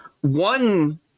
one